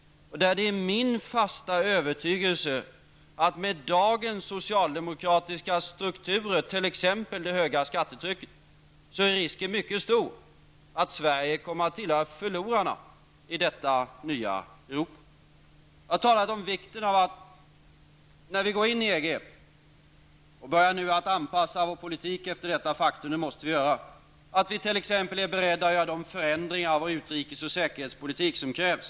Och det är min fasta övertygelse att med dagens socialdemokratiska strukturer, t.ex. det höga skattetrycket, är risken mycket stor att Sverige kommer att tillhöra förlorarna i detta nya Jag talade om vikten av att vi, när vi går in i EG och börjar anpassa vår politik efter detta faktum -- det måste vi göra -- är beredda att göra t.ex. de förändringar av vår utrikes och säkerhetspolitik som krävs.